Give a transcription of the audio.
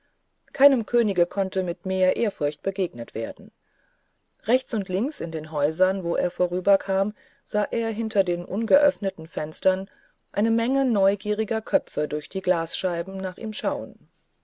keinem könige konnte mit mehr ehrfurcht begegnet werden rechts und links in den häusern wo er vorüberkam sah er hinter den ungeöffneten fenstern eine menge neugieriger köpfe durch die glasscheiben nach ihm schauend